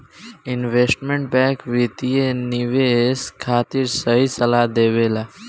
investment bank वित्तीय निवेश खातिर सही सलाह देबेला